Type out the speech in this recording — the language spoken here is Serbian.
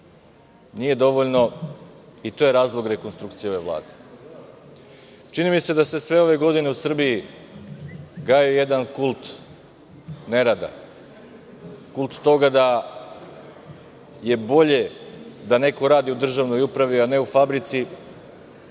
Nije dovoljno i to je razlog rekonstrukcije ove Vlade. Čini mi se da se sve ove godine u Srbiji gajio jedan kult nerada, kult toga da je bolje da neko radi u državnoj upravi, a ne u fabrici,